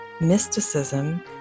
mysticism